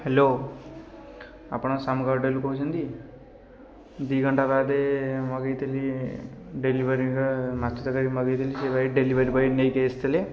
hello ଆପଣ ଶାମୁକା ହୋଟେଲରୁ କହୁଛନ୍ତି ଦୁଇଘଣ୍ଟା ବାଦ ମଗେଇଥିଲି ଡେଲିଭରିରେ ମାଛ ତରକାରୀ ମଗେଇଥିଲି ଡେଲିଭରି ବୟ ନେଇକି ଆସିଥିଲେ